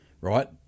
right